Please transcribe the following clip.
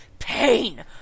Pain